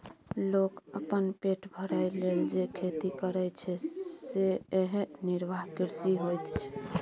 लोक अपन पेट भरय लेल जे खेती करय छै सेएह निर्वाह कृषि होइत छै